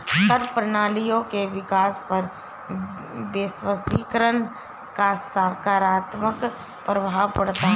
कर प्रणालियों के विकास पर वैश्वीकरण का सकारात्मक प्रभाव पढ़ता है